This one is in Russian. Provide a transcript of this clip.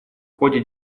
ходе